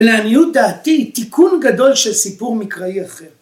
‫לעניות דעתי, ‫תיקון גדול של סיפור מקראי אחר.